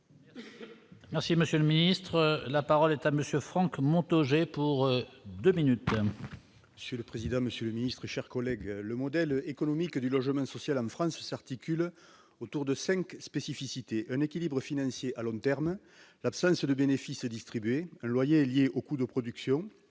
Merci monsieur le ministre, la parole est à monsieur Frank monte G pour 2 minutes. Chez le président, monsieur le ministre, chers collègues, le modèle économique du logement social France qui s'articule autour de 5 spécificité un équilibre financier à long terme, l'absence de bénéfices distribués loyer liée aux coûts de production,